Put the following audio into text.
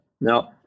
no